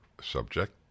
subject